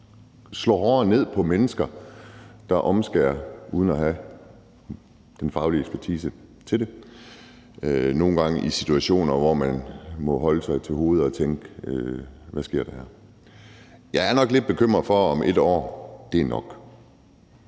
at slå hårdere ned på mennesker, der foretager omskæring uden at have den faglige ekspertise til det. Nogle gange er der tilfælde, hvor man må tage sig til hovedet og tænke: Hvad sker der her? Jeg er nok lidt bekymret for, om en strafferamme